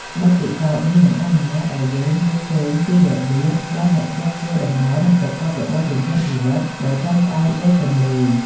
បទពិសោធន៍នេះនឹងអនុញ្ញាតឱ្យយើងមើលឃើញពីរបៀបដែលអ្នកស្រុកធ្វើដំណើរ និងប្រកបរបរចិញ្ចឹមជីវិតដោយពឹងផ្អែកលើទន្លេ។